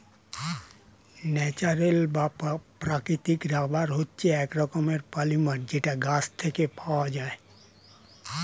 natural বা প্রাকৃতিক rubber হচ্ছে এক রকমের পলিমার যেটা গাছ থেকে পাওয়া যায়